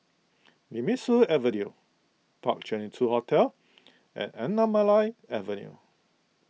Nemesu Avenue Park Twenty two Hotel and Anamalai Avenue